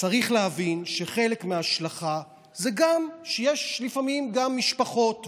צריך להבין שחלק מההשלכה היא גם שיש לפעמים גם משפחות,